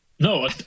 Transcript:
No